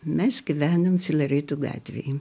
mes gyvenom filaretų gatvėj